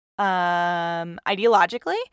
ideologically